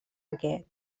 aquest